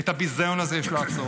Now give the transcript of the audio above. את הביזיון הזה יש לעצור.